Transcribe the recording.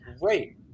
great